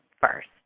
first